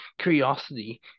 curiosity